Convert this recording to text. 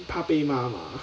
怕被骂 mah